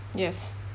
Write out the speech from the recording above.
yes